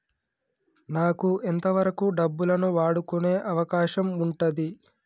నాకు ఎంత వరకు డబ్బులను వాడుకునే అవకాశం ఉంటది?